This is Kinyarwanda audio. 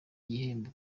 gihembo